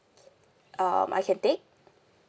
um I can take